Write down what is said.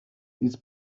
his